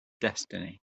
destiny